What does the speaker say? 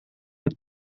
het